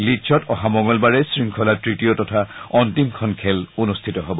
লীড্ছত অহা মঙলবাৰে শৃংখলাৰ তৃতীয় তথা অন্তিমখন খেল অনুষ্ঠিত হ'ব